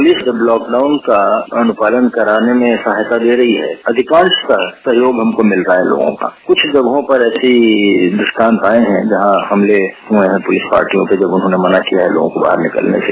police जब lockdown का अनुपालन कराने में सहायता ले रही हैं अधिकांश का सहयोग हमको मिल रहा है लोर्गों का कुछ जगहों पर ऐसे द्रष्टांत आये हैं जहां हमले हुए है पुलिसकर्मियों के जब उन्होंने मना किया है लोगों के बाहर निकलने से